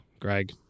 Greg